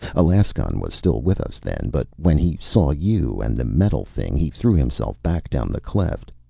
alaskon was still with us then, but when he saw you and the metal thing he threw himself back down the cleft.